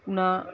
ना